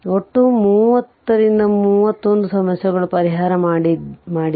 ಒಟ್ಟು 30 ರಿಂದ 31 ಸಮಸ್ಯೆಗಳು ಪರಿಹಾರ ಮಾಡಿದೆ